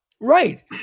Right